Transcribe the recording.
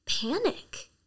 panic